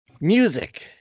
music